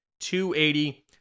280